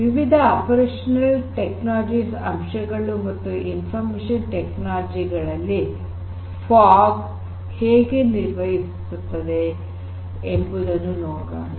ವಿವಿಧ operation technologies ಅಂಶಗಳು ಮತ್ತು ಇಂಫರ್ಮೇಷನ್ ಟೆಕ್ನಾಲಜಿ ಗಳಲ್ಲಿ ಫಾಗ್ ಹೇಗೆ ಸಹಕರಿಸುತ್ತದೆ ಎಂಬುದನ್ನು ನೋಡೋಣ